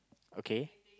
okay